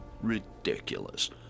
Ridiculous